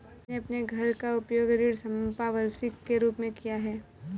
मैंने अपने घर का उपयोग ऋण संपार्श्विक के रूप में किया है